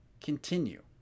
continue